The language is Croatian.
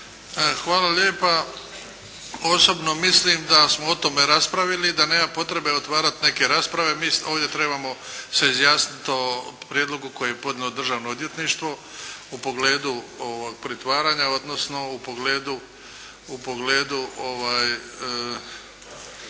Hvala lijepa. Osobno mislim da smo o tome raspravili, da nema potrebe otvarati neke rasprave. Mi ovdje trebamo se izjasniti o prijedlogu koje je podnijelo Državno odvjetništvo u pogledu pretvaranja, odnosno u pogledu